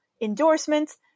endorsements